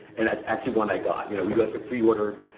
and that's actually one i got. you know we like to pre order,